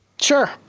Sure